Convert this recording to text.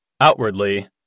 Outwardly